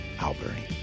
Albury